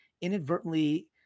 inadvertently